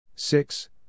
Six